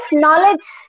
knowledge